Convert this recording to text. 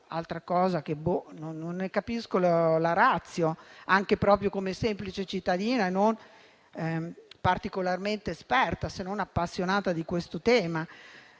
altra cosa di cui non capisco la *ratio*, anche come semplice cittadina non particolarmente esperta, se non appassionata di questo tema.